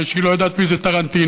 ושהיא לא יודעת מי זה טרנטינו.